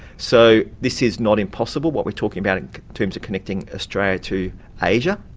so, this is not impossible. what we're talking about in terms of connecting australia to asia.